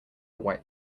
white